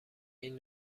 این